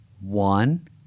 one